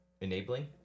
Enabling